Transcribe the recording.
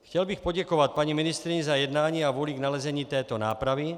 Chtěl bych poděkovat paní ministryni za jednání a vůli k nalezení této nápravy.